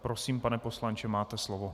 Prosím, pane poslanče, máte slovo.